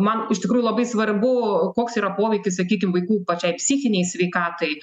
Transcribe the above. man iš tikrųjų labai svarbu koks yra poveikis sakykim vaikų pačiai psichinei sveikatai